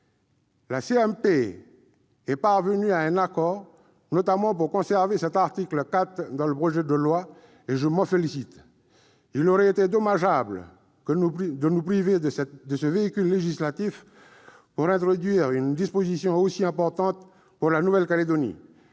est parvenue à un accord, notamment pour conserver l'article 4 dans le projet de loi ; je m'en félicite. Il aurait été dommageable de nous priver de ce véhicule législatif pour introduire une disposition aussi importante pour la Nouvelle-Calédonie.